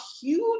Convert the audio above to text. huge